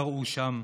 קראו שם.